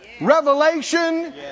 Revelation